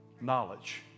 knowledge